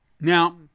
Now